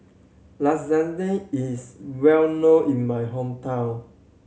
lasagne is well known in my hometown